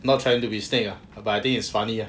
not trying the mistake ah but I think is funny ah